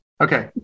Okay